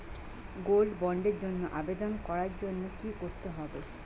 Gold বন্ডের জন্য আবেদন করার জন্য কি করতে হবে?